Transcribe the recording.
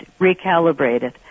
recalibrated